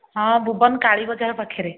ହଁ ଭୁବନ କାଳୀ ବଜାର ପାଖରେ